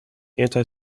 anti